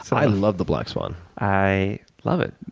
so i love the black swan. i love it.